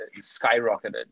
skyrocketed